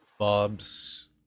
Bob's